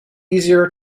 easier